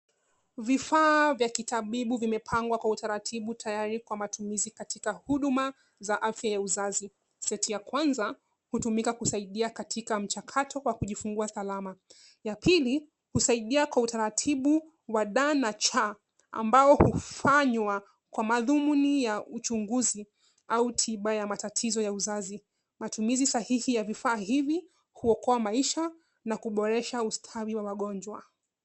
Vifaa vya kitabibu vimepangwa kwa utaratibu tayari Kwa matumizi katika huduma ya Afya ya uzazi. Seti ya Kwanza hutumika kusaidia katika mchakato kwa kujifungua salama. Ya pili husaidia kwa utaratibu wa C na D, ambapo hufanywa Kwa madhumuni ya uchunguzi au tiba ya matatizo ya uzazi. Matumizi sahihi ya vifaa hivi huokoa maisha na kuboresha ustawi wa wagonjwa.